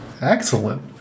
Excellent